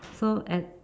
so at